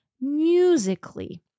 musically